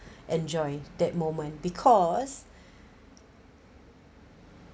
enjoy that moment because